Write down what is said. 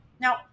Now